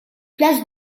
places